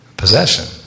possession